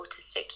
autistic